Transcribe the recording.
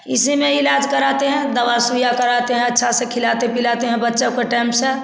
इसी में इलाज कराते हैं दवा सुइया कराते हैं अच्छा से खिलाते पिलाते हैं बच्चो को टैम से